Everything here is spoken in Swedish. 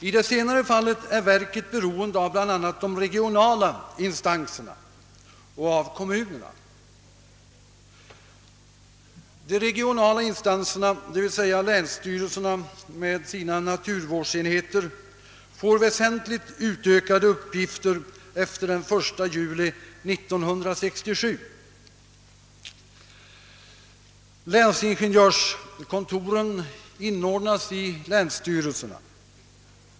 I det senare hänseendet är verket beroende av bl.a. de regionala instanserna och kommunerna. De regionala instanserna, d.v.s. länsstyrelserna med sina naturvårdsenheter, får väsentligt utökade uppgifter efter den 1 juli 1967. Länsingenjörskontoren inordnas i länsstyrelserna.